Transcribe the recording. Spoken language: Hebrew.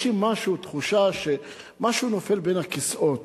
יש לי תחושה שמשהו נופל בין הכיסאות,